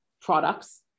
products